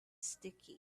sticky